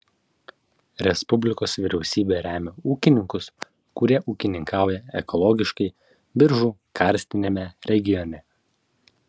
respublikos vyriausybė remia ūkininkus kurie ūkininkauja ekologiškai biržų karstiniame regione